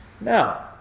Now